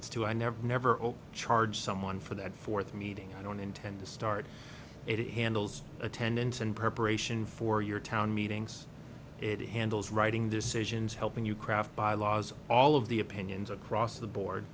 it's two i never never oh charge someone for that fourth meeting i don't intend to start it handles attendance and preparation for your town meetings it handles writing decisions helping you craft bylaws all of the opinions across the board